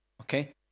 okay